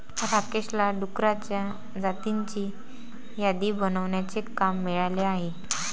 राकेशला डुकरांच्या जातींची यादी बनवण्याचे काम मिळाले आहे